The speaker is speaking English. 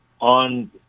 on